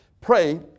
Pray